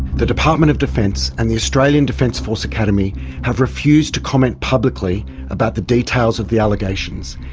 the department of defence and the australian defence force academy have refused to comment publicly about the details of the allegations.